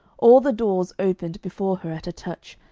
all the doors opened before her at a touch,